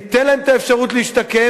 ניתן להם את האפשרות להשתקם,